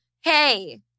hey